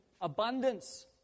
Abundance